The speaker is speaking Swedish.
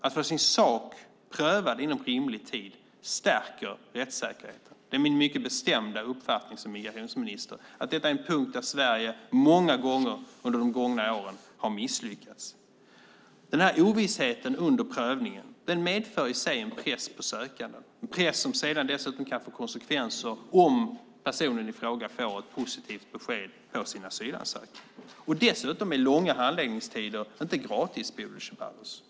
Att få sin sak prövad inom rimlig tid stärker rättssäkerheten. Det är min mycket bestämda uppfattning som migrationsminister att detta är en punkt där Sverige många gånger under de gångna åren har misslyckats. Den här ovissheten under prövningen medför i sig en press på sökanden, en press som kan få konsekvenser om personen i fråga får ett positivt besked på sin asylansökan. Dessutom är långa handläggningstider inte gratis, Bodil Ceballos.